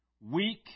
weak